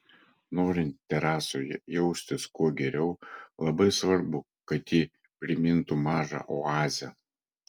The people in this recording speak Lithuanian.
norint terasoje jaustis kuo geriau labai svarbu kad ji primintų mažą oazę